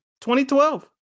2012